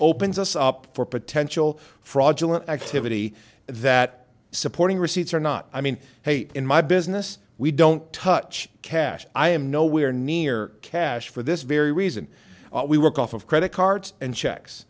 opens us up for potential fraudulent activity that supporting receipts or not i mean i hate in my business we don't touch cash i am nowhere near cash for this very reason we work off of credit cards and checks